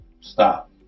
stop